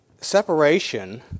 separation